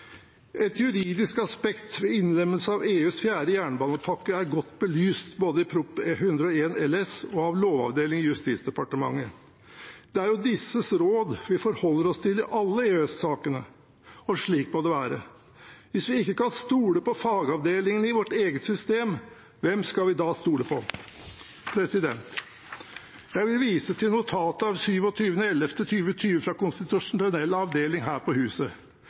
Et juridisk aspekt ved innlemmelse av EUs fjerde jernbanepakke er godt belyst både i Prop. 101 LS og av Lovavdelingen i Justisdepartementet. Det er disses råd vi forholder oss til i alle EØS-sakene, og slik må det være. Hvis vi ikke kan stole på fagavdelingene i vårt eget system, hvem skal vi da stole på? Jeg vil vise til notatet av 27. november 2020 fra konstitusjonell avdeling her på huset,